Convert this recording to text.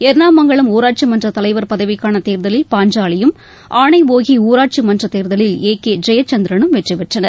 ஏர்ணா மங்கலம் ஊராட்சி மன்ற தலைவர் பதவிக்கான தேர்தலில் பாஞ்சாலியும் ஆணைப்போக ஊராட்சி மன்றத்தேர்தலில் ஏ கே ஜெயச்சந்திரனும் வெற்றிபெற்றனர்